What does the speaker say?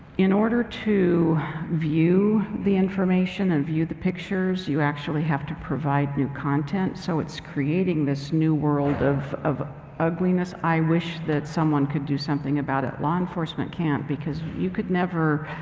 in order to view the information and view the pictures, you actually have to provide new content. so it's creating this new world of of ugliness. i wish that someone could do something about it. law enforcement can't, because you could never,